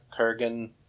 Kurgan